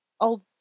old